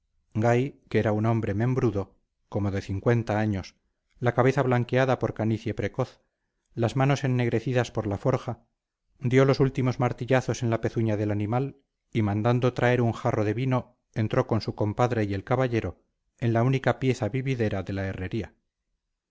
que era un hombre membrudo como de cincuenta años la cabeza blanqueada por canicie precoz las manos ennegrecidas por la forja dio los últimos martillazos en la pezuña del animal y mandando traer un jarro de vino entró con su compadre y el caballero en la única pieza vividera de la herrería